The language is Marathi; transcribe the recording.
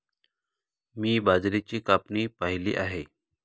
मी बाजरीची कापणी पाहिली आहे